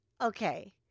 Okay